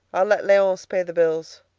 i'll let leonce pay the bills.